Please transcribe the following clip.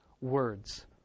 words